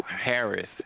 Harris